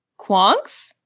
Quonks